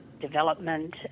development